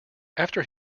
after